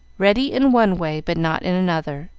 ready in one way, but not in another.